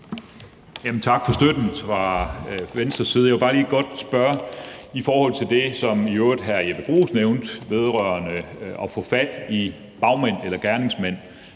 Tak for støtten fra Venstres side. Jeg vil bare godt lige spørge i forhold til det, som i øvrigt hr. Jeppe Bruus nævnte vedrørende at få fat i bagmænd eller gerningsmænd.